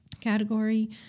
category